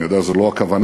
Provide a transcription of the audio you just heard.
אני יודע שזו לא הכוונה,